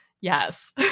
yes